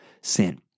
sin